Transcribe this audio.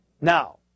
Now